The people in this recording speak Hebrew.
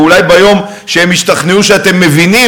ואולי ביום שהם ישתכנעו שאתם מבינים